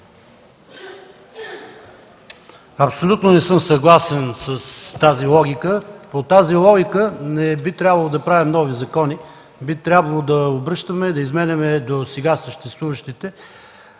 Абсолютно не съм съгласен с тази логика. По нея не би трябвало да правим нови закони, а да обръщаме, да изменяме досега съществуващите.